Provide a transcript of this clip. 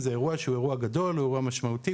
זה אירוע שהוא אירוע גדול, הוא אירוע משמעותי.